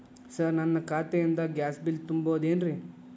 Sir ನನ್ನ ಖಾತೆಯಿಂದ gas bill ತುಂಬಹುದೇನ್ರಿ?